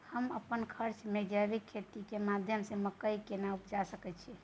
हम कम खर्च में जैविक खेती के माध्यम से मकई केना उपजा सकेत छी?